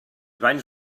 banys